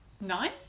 nine